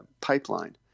pipeline